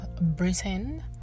Britain